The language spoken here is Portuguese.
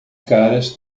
caras